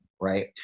right